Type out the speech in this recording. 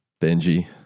Benji